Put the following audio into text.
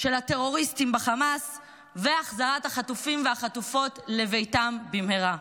של הטרוריסטים בחמאס והחזרת החטופים והחטופות לביתם במהרה.